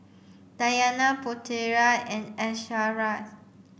Dayana Putera and Asharaff